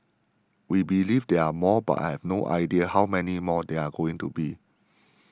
we believe there are more but I have no idea how many more there are going to be